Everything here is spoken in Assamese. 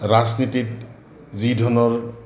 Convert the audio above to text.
ৰাজনীতিত যি ধৰণৰ